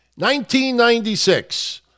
1996